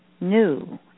new